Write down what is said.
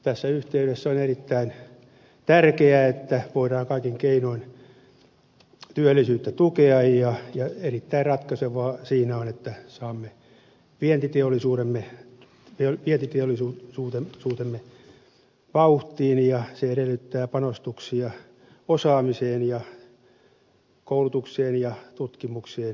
tässä yhteydessä on erittäin tärkeää että voidaan kaikin keinoin työllisyyttä tukea ja erittäin ratkaisevaa siinä on että saamme vientiteollisuutemme vauhtiin ja se edellyttää panostuksia osaamiseen ja koulutukseen ja tutkimukseen ylipäätään